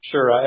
Sure